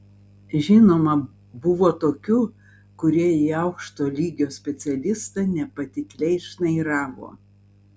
žinoma buvo tokių kurie į aukšto lygio specialistą nepatikliai šnairavo